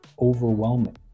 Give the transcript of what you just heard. overwhelming